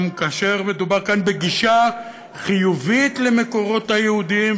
גם מדובר כאן בגישה חיובית למקורות היהודיים,